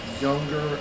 younger